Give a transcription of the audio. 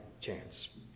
chance